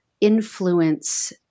influence